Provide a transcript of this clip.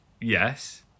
Yes